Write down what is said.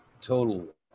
total